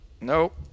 Nope